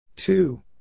Two